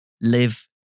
Live